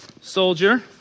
soldier